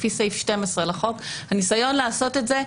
לפי סעיף 12 לחוק הניסיון לעשות את זה,